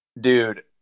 dude